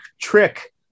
trick